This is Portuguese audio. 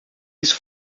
isso